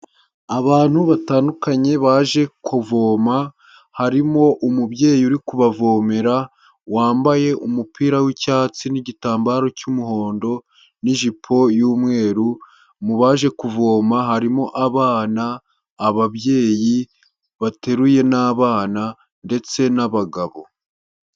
Abantu batandukanye baje kuvoma, harimo umubyeyi uri kubavomera, wambaye umupira w'icyatsi n'igitambaro cy'umuhondo n'ijipo y'umweru, mu baje kuvoma harimo abana, ababyeyi bateruye n'abana ndetse n'abagabo.